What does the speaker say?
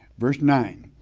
verse nine,